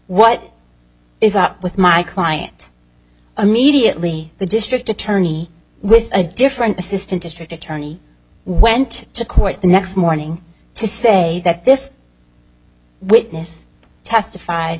what is up with my client immediately the district attorney with a different assistant district attorney went to court the next morning to say that this witness testif